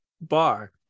bar